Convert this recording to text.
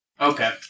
Okay